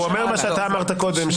הוא אומר מה שאתה אמרת קודם,